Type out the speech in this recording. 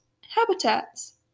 habitats